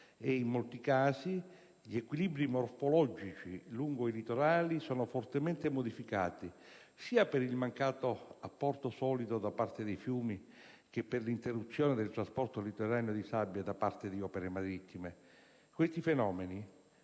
e, in molti casi, gli equilibri morfologici lungo i litorali sono fortemente modificati, sia per il mancato apporto solido da parte dei fiumi che per l'interruzione del trasporto litoraneo di sabbie da parte di opere marittime. Questi fenomeni,